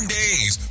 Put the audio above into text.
days